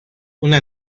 una